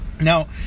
Now